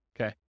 Okay